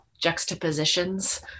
juxtapositions